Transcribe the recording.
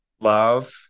love